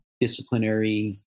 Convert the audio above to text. disciplinary